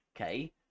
okay